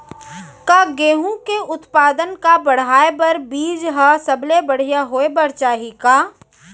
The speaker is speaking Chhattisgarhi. का गेहूँ के उत्पादन का बढ़ाये बर बीज ह सबले बढ़िया होय बर चाही का?